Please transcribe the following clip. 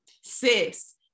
sis